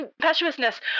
impetuousness